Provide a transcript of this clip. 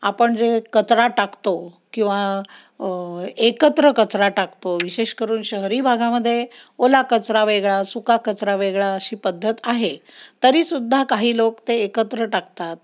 आपण जे कचरा टाकतो किंवा एकत्र कचरा टाकतो विशेष करून शहरी भागामध्ये ओला कचरा वेगळा सुका कचरा वेगळा अशी पद्धत आहे तरीसुद्धा काही लोक ते एकत्र टाकतात